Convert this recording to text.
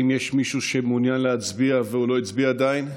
האם יש מישהו שמעוניין להצביע ולא הצביע עדיין?